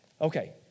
Okay